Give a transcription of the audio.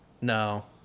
No